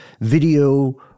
video